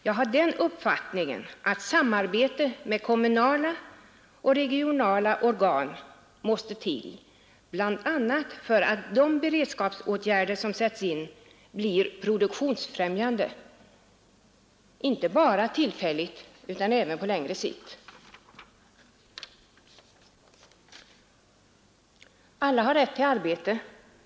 Jag har den uppfattningen att ett samarbete med kommunala och regionala organ måste till, bl.a. för att de beredskapsåtgärder som sätts in skall bli produktionsfrämjande inte bara tillfälligt utan även på längre sikt. Alla har rätt till arbete.